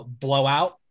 blowout